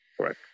correct